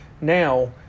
now